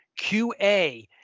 QA